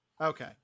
Okay